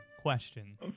Question